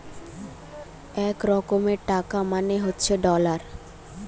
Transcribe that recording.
এক রকমের টাকা মানে হচ্ছে ডলার